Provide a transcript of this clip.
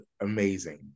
amazing